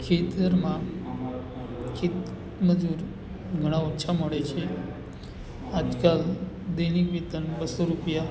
ખેતરમાં ખેત મજૂર ઘણા ઓછા મળે છે આજકાલ દૈનિક વેતન બસો રૂપિયા